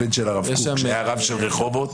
הבן של הרב קוק שהיה הרב של רחובות,